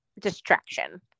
distraction